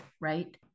right